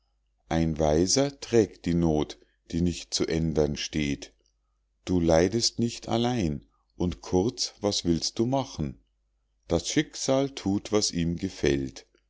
ein weiser trägt die noth die nicht zu ändern steht du leidest nicht allein und kurz was willst du machen das schicksal thut was ihm gefällt